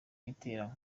itera